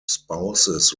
spouses